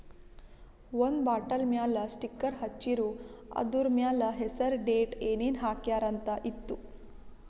ಒಂದ್ ಬಾಟಲ್ ಮ್ಯಾಲ ಸ್ಟಿಕ್ಕರ್ ಹಚ್ಚಿರು, ಅದುರ್ ಮ್ಯಾಲ ಹೆಸರ್, ಡೇಟ್, ಏನೇನ್ ಹಾಕ್ಯಾರ ಅಂತ್ ಇತ್ತು